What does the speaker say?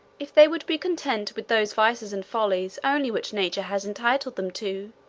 if they would be content with those vices and follies only which nature has entitled them to.